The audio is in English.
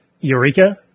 Eureka